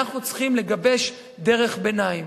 אנחנו צריכים לגבש דרך ביניים.